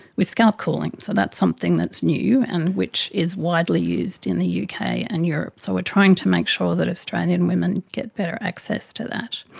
with scalp cooling. so that's something that's new and which is widely used in the yeah uk and europe. so we're trying to make sure that australian women get better access to that.